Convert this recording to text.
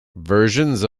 versions